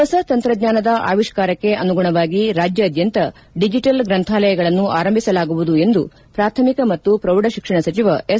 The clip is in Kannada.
ಹೊಸ ತಂತ್ರಜ್ಞಾನದ ಅವಿಷ್ಠಾರಕ್ಕೆ ಅನುಗುಣವಾಗಿ ರಾಜ್ಯಾದ್ಯಂತ ಡಿಜಿಟಲ್ ಗ್ರಂಥಾಲಯಗಳನ್ನು ಆರಂಭಿಸಲಾಗುವುದು ಎಂದು ಪ್ರಾಥಮಿಕ ಮತ್ತು ಪ್ರೌಢಶಿಕ್ಷಣ ಸಚಿವ ಎಸ್